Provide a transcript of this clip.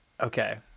Okay